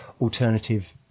alternative